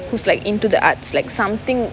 who's like into the arts like something